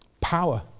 Power